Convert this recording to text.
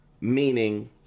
Meaning